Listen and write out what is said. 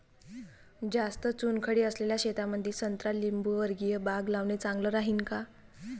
जास्त चुनखडी असलेल्या शेतामंदी संत्रा लिंबूवर्गीय बाग लावणे चांगलं राहिन का?